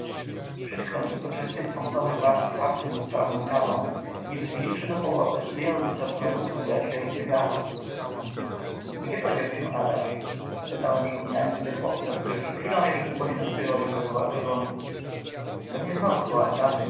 do soczystych pąsowych warg czarkę z czarną kawą i wychyliwszy do połowy wyjął ze srebrnego puzdra świeże cygaro gdzie podział się adaś zapytałem przypominając sobie chłopca który przed chwilą jeszcze głośno swywolił dookoła gazonu pewnie znowu